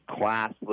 classless